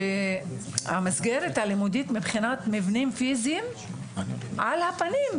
המסגרת הלימודית מבחינת מבנים פיזיים היא על הפנים.